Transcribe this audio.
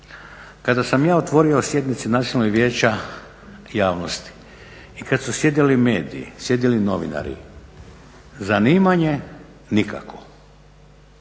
kada sam ja otvorio sjednice Nacionalnog vijeća javnosti i kad su sjedili mediji, sjedili novinari, zanimanje nikakvo.